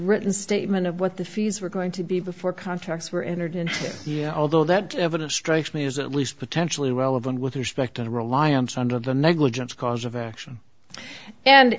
written statement of what the fees were going to be before contracts were entered into although that evidence strikes me as at least potentially relevant with respect to the reliance under the negligence cause of action and